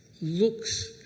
looks